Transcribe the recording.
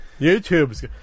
YouTube's